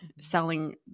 selling